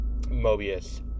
Mobius